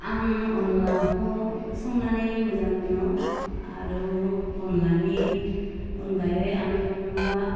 आं अनलाखौ संनानै मोजां मोनो आरो अनलानि अनगायै आं माबा